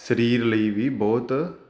ਸਰੀਰ ਲਈ ਵੀ ਬਹੁਤ